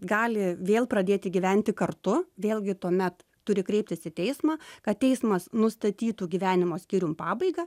gali vėl pradėti gyventi kartu vėlgi tuomet turi kreiptis į teismą kad teismas nustatytų gyvenimo skyrium pabaigą